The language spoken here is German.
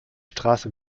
straße